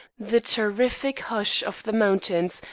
the terrific hush of the mountains,